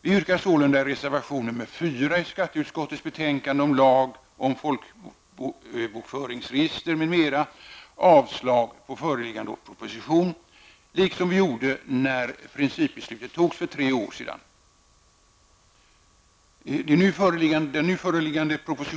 Vi yrkar sålunda i reservation 4 i skatteutskottets betänkande om lag om folkbokföringsregister, m.m. avslag på föreliggande proposition, liksom vi gjorde när principbeslutet fattades för tre år sedan.